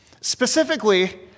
Specifically